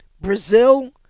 Brazil